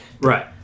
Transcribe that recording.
Right